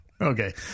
Okay